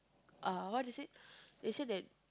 uh what is it they said that